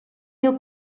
mil